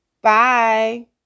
Bye